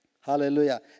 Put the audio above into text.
Hallelujah